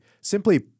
simply